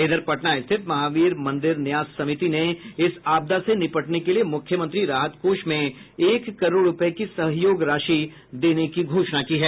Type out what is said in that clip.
इधर पटना स्थित महावीर मंदिर न्यास समिति ने इस आपदा से निपटने के लिये मुख्यमंत्री राहत कोष में एक करोड़ रूपये की सहयोग राशि देने की घोषणा की है